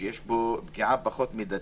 שיש בו פגיעה פחות מידתית?